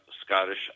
Scottish